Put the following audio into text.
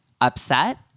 upset